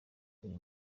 uyu